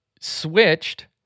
switched